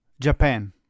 Japan